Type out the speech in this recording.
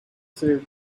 said